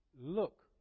look